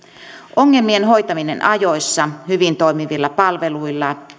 ongelmien hoitaminen ajoissa hyvin toimivilla palveluilla